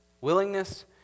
Willingness